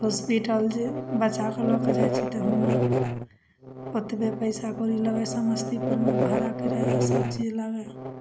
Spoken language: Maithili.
हॉस्पिटल जे बच्चाके लऽ कऽ जाइ छी तऽ वहाँ ओतबे पइसा कौड़ी लगै समस्तीपुरमे भाड़ा किराआ सबचीज लगै